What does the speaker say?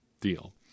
deal